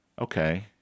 Okay